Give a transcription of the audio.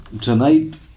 tonight